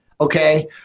okay